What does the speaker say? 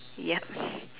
yup